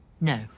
No